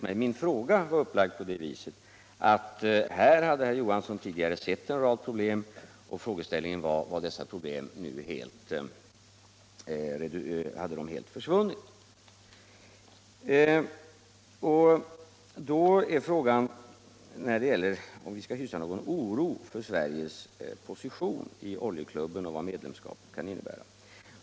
Min fråga var upplagd på det viset, att här hade herr Johansson tidigare sett en rad problem, och frågeställningen var om dessa problem nu hade helt försvunnit. Då uppstår spörsmålet, om vi behöver hysa någon oro för Sveriges position i Oljeklubben och för vad medlemskapet där kan innebära.